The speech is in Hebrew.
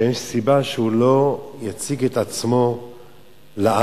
אין סיבה שהם לא יציגו את עצמם לעם,